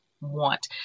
want